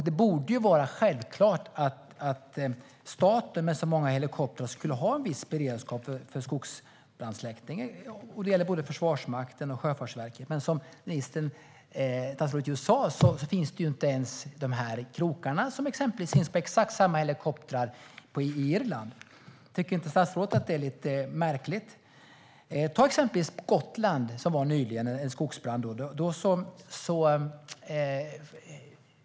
Det borde vara självklart att staten, med så många helikoptrar, hade en viss beredskap för skogsbrandsläckning. Det gäller både Försvarsmakten och Sjöfartsverket. Men som statsrådet just sa finns inte ens de krokar som jag har talat om och som finns på exakt samma helikoptrar på Irland. Tycker inte statsrådet att det är lite märkligt? Vi kan som exempel ta Gotland, där det nyligen var en skogsbrand.